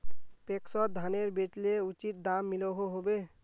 पैक्सोत धानेर बेचले उचित दाम मिलोहो होबे?